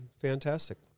Fantastic